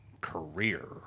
career